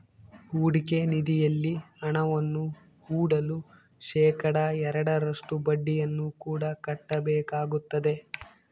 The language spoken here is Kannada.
ಹೂಡಿಕೆ ನಿಧಿಯಲ್ಲಿ ಹಣವನ್ನು ಹೂಡಲು ಶೇಖಡಾ ಎರಡರಷ್ಟು ಬಡ್ಡಿಯನ್ನು ಕೂಡ ಕಟ್ಟಬೇಕಾಗುತ್ತದೆ